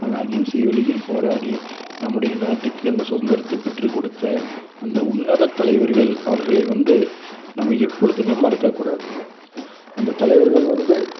அந்த அகிம்சை வழியில் போராடி நம்முடைய நாட்டுக்கு அந்த சுதந்திரத்தை பெற்றுக்கொடுத்த அந்த உன்னத தலைவர்கள் அவர்களை வந்து நம்ம எப்பொழுதுமே மறக்க கூடாது அந்த தலைவர்கள் வந்து